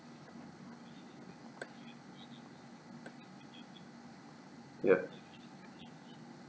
ya